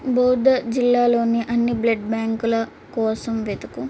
బౌద్ధ జిల్లాలోని అన్ని బ్లడ్ బ్యాంకుల కోసం వెతుకు